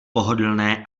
pohodlné